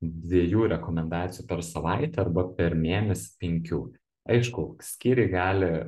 dviejų rekomendacijų per savaitę arba per mėnesį penkių aišku skyriai gali